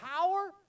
power